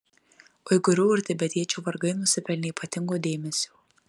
uigūrų ir tibetiečių vargai nusipelnė ypatingo dėmesio